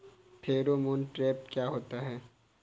Pheromone trap क्या होता है?